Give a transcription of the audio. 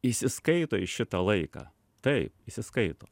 įsiskaito į šitą laiką taip įsiskaito